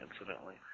incidentally